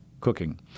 cooking